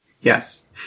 Yes